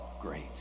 great